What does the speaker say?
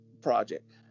project